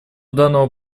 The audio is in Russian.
данного